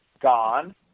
gone